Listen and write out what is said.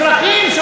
על אזרחים,